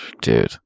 Dude